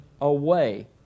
away